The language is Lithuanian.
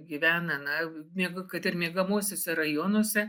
gyvena na miega kad ir miegamuosiuose rajonuose